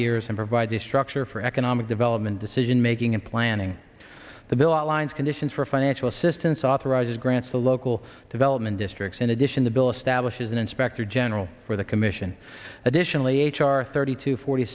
years and provide the structure for economic development decision making and planning the bill outlines conditions for financial assistance authorizes grants to local development districts in addition the bill establishes an inspector general for the commission additionally h r thirty to forty